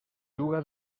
juga